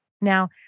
Now